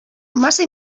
massa